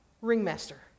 ringmaster